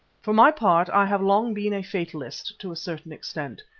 for my part i have long been a fatalist, to a certain extent.